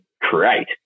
create